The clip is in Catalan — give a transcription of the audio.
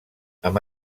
amb